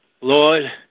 Lord